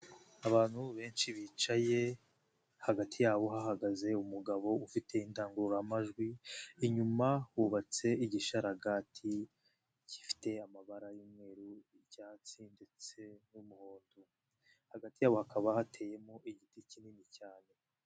Abantu benshi bicaye hagati yabo hahagaze umugabo ufite indangururamajwi, inyuma hubatse igisharagati gifite amabara y'umweru, icyatsi ndetse n'umuhondo. Hagati yabo hakaba hateyemo igiti kinini cyane.